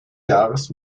jahres